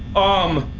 um.